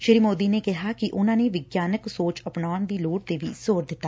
ਸ੍ਰੀ ਮੋਦੀ ਨੇ ਕਿਹਾ ਕਿ ਉਨੂਾ ਨੇ ਵਿਗਿਆਨਕ ਸੋਚ ਅਪਣਾਉਣ ਦੀ ਲੋੜ ਤੇ ਵੀ ਜ਼ੋਰ ਦਿੱਤਾ